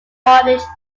mortgage